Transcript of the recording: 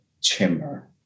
chamber